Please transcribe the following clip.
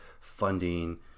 funding